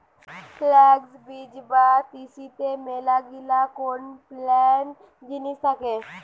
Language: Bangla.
ফ্লাক্স বীজ বা তিসিতে মেলাগিলা কান পেলেন জিনিস থাকে